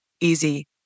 easy